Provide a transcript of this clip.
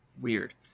weird